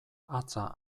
hatza